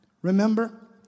Remember